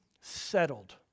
settled